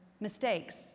mistakes